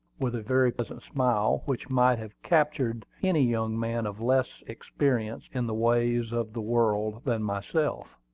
with a very pleasant smile, which might have captured any young man of less experience in the ways of the world than myself.